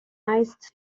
iced